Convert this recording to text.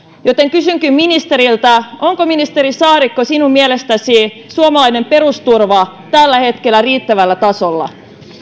joten kysynkin ministeriltä onko ministeri saarikko sinun mielestäsi suomalainen perusturva tällä hetkellä riittävällä tasolla